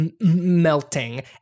melting